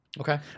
Okay